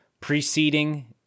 preceding